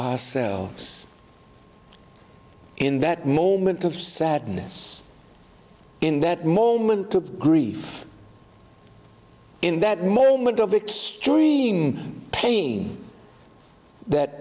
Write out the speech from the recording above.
ourselves in that moment of sadness in that moment of grief in that moment of extreme pain that